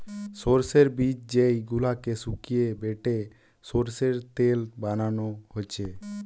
সোর্সের বীজ যেই গুলাকে শুকিয়ে বেটে সোর্সের তেল বানানা হচ্ছে